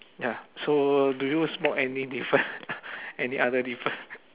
ya so do you spot any different any other different